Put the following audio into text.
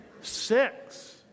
Six